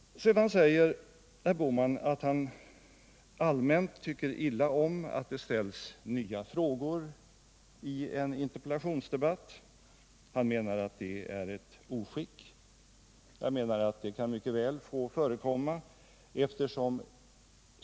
Sedan säger herr Bohman att han allmänt tycker illa om att det ställs nya frågor i en interpellationsdebatt. Han menar att detta är ett oskick. Enligt min mening kan det mycket väl få förekomma.